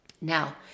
Now